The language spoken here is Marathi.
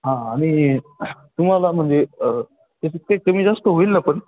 हां आणि तुम्हाला म्हणजे ते तुम्ही जास्त होईल ना पण